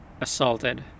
assaulted